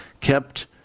kept